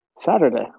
Saturday